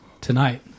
tonight